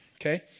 Okay